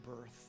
birth